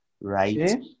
right